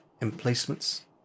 emplacements